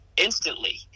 instantly